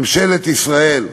ממשלת ישראל,